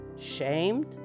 shamed